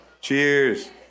Cheers